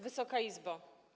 Wysoka Izbo!